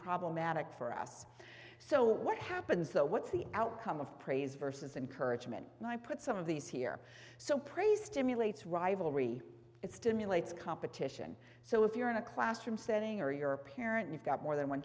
problematic for us so what happens though what's the outcome of praise versus encouragement and i put some of these here so praise stimulates rivalry it stimulates competition so if you're in a classroom setting or you're a parent you've got more than one